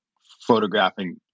photographing